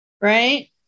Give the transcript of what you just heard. Right